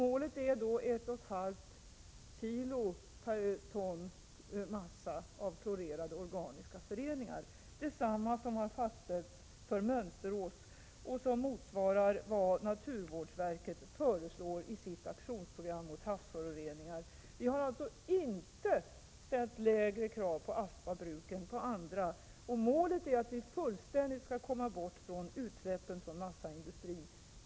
Målet är 1,5 kg per ton massa av klorerade organiska föreningar. Detta är vad som fastställts för Mönsterås, och det motsvarar vad naturvårdsverket föreslår i sitt aktionsprogram mot havsföroreningar. Vi har alltså inte ställt lägre krav på Aspa bruk än på andra. Målet är att vi fullständigt skall komma bort från utsläppen från massaindustrin.